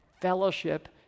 fellowship